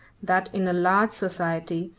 that in a large society,